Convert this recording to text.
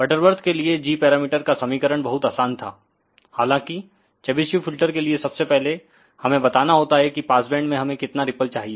Butterworth के लिए g parameter का समीकरण बहुत आसान था हालांकि चेबीशेव फिल्टर के लिए सबसे पहले हमें बताना होता है कि पासबैंड में हमें कितना रिपल चाहिए